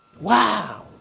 Wow